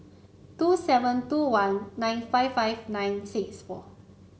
two seven two one nine five five nine six four